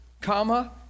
comma